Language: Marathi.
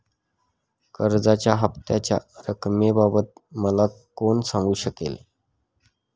कर्जाच्या हफ्त्याच्या रक्कमेबाबत मला कोण सांगू शकेल?